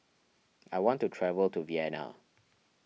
I want to travel to Vienna